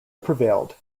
prevailed